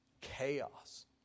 Chaos